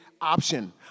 option